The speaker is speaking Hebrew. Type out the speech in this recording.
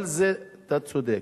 כל זה אתה צודק,